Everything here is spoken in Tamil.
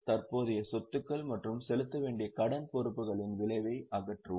தற்போதைய சொத்துக்கள் மற்றும் செலுத்த வேண்டிய கடன் பொறுப்புகளின் விளைவை அகற்றுவோம்